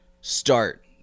start